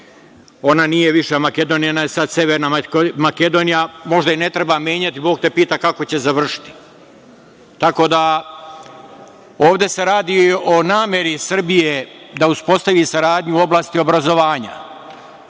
Ona nije više Makedonija, ona je sad Severna Makedonija. Možda i ne treba menjati, Bog te pita kako će završiti. Ovde se radi o nameri Srbije da uspostavi saradnju u oblasti obrazovanja.